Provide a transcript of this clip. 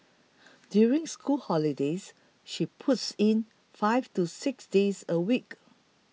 during school holidays she puts in five to six days a week